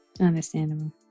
Understandable